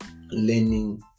learning